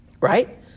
right